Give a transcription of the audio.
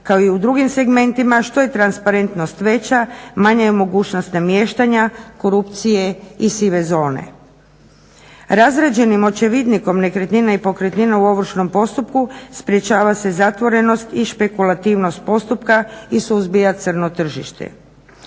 kao i u drugim segmentima što je transparentnost veća manja je mogućnost namještanja korupcije i sive zone. Razrađenim očevidnikom nekretnina i pokretnina u ovršnom postupku sprječava se zatvorenost i špekulativnost postupka i suzbija crno tržište.